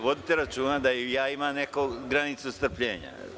Vodite računa da i ja imam neku granicu strpljenja.